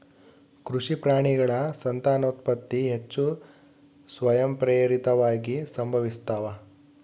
ಕೃಷಿ ಪ್ರಾಣಿಗಳ ಸಂತಾನೋತ್ಪತ್ತಿ ಹೆಚ್ಚು ಸ್ವಯಂಪ್ರೇರಿತವಾಗಿ ಸಂಭವಿಸ್ತಾವ